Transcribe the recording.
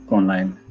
online